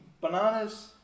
bananas